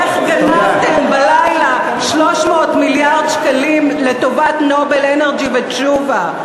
איך גנבתם בלילה 300 מיליארד שקלים לטובת "נובל אנרג'י" ותשובה.